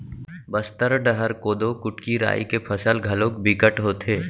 बस्तर डहर कोदो, कुटकी, राई के फसल घलोक बिकट होथे